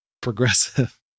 progressive